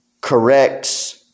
corrects